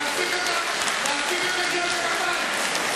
להפסיק את מחיאות הכפיים.